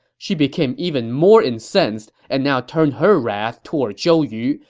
she became even more incensed and now turned her wrath toward zhou yu,